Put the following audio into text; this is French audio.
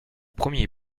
premier